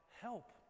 help